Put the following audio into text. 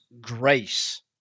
grace